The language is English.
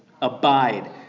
Abide